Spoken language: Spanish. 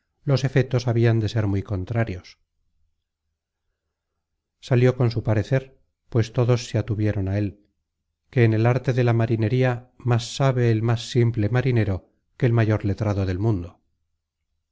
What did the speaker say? los efetos habian de ser muy contrarios salió con su parecer pues todos se atuvieron á él que en el arte de la marinería más sabe el más simple marinero que el mayor letrado del mundo